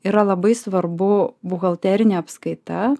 yra labai svarbu buhalterinė apskaita